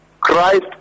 Christ